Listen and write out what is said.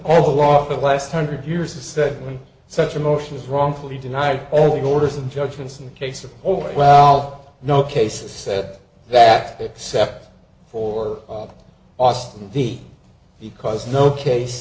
all the law of the last hundred years is that when such emotion is wrongfully denied all the orders and judgments in the case of orwell no cases said that except for austin the because no case